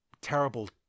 terrible